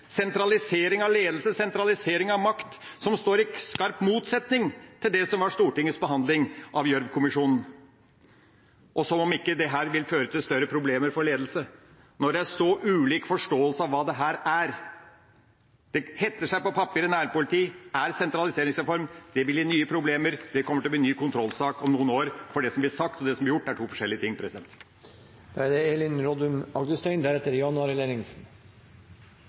sentralisering av ledelse, sentralisering av makt, noe som står i skarp motsetning til det som var Stortingets behandling av Gjørv-kommisjonens rapport. Som om ikke dette vil føre til større problemer for ledelse når det er så ulik forståelse av hva dette er! Det heter seg på papiret: Nærpoliti er sentraliseringsreform. Det vil gi nye problemer. Det kommer til å bli ny kontrollsak om noen år, for det som er sagt, og det som blir gjort, er to forskjellige ting. Hovedmålet med politireformen som vi skal vedta i dag, er